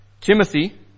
Timothy